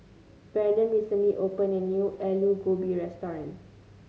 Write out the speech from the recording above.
Branden recently opened a new Aloo Gobi restaurant